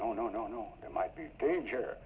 no no no no i might be danger